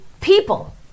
people